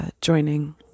joining